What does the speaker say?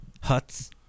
Huts